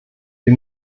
wir